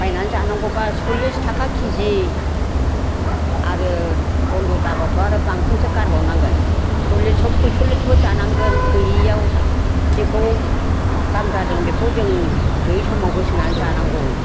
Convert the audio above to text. बायनानै जानांगौब्ला सललिस थाखा केजि आरो बनद जाब्लाथ' आरो बांसिनसो गारबाव नांगोन सललिसाव फयसललिसबो जानांगोन गैयैयाव जेखौ दाम जादों बेखौ जों गैयै समाव होसोनानै जानांगौ